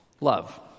love